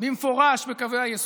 להזכיר במפורש בקווי היסוד.